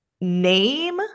name